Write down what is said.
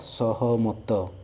ଅସହମତ